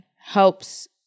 helps